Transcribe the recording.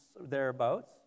thereabouts